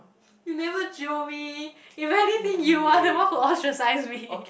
you never jio me if anything you're the one who ostracise me